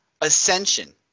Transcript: ascension